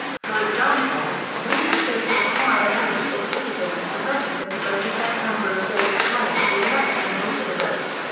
for example, many states require eligible citizens to register to vote a set number of days prior to the election in order to vote.